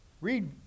read